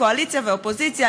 קואליציה ואופוזיציה,